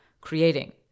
creating